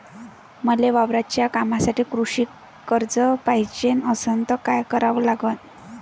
मले वावराच्या कामासाठी कृषी कर्ज पायजे असनं त काय कराव लागन?